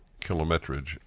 kilometrage